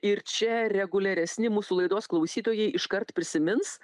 ir čia reguliaresni mūsų laidos klausytojai iškart prisimins